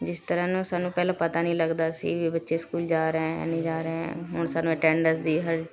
ਜਿਸ ਤਰ੍ਹਾਂ ਨਾ ਸਾਨੂੰ ਪਹਿਲਾਂ ਪਤਾ ਨਹੀਂ ਲੱਗਦਾ ਸੀ ਵੀ ਬੱਚੇ ਸਕੂਲ ਜਾ ਰਹੇ ਹੈ ਨਹੀਂ ਜਾ ਰਹੇ ਹੈ ਹੁਣ ਸਾਨੂੰ ਅਟੈਂਡਸ ਦੀ ਹਰ